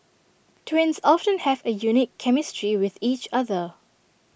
twins often have A unique chemistry with each other